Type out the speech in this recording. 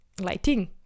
lighting